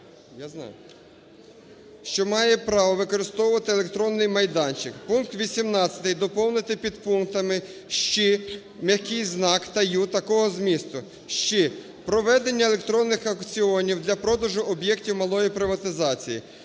що має право використовувати електронний майданчик". Пункт 18 доповнити підпунктами "щ", "ь" та "ю" такого змісту. "Щ": "Проведення електронних аукціонів для продажу об'єктів малої приватизації".